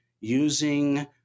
using